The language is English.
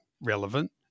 relevant